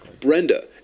Brenda